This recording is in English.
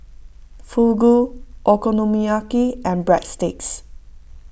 Fugu Okonomiyaki and Breadsticks